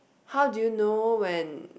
how do you know when